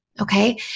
Okay